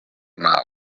now